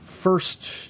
first